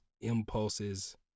impulses